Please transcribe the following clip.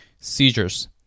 seizures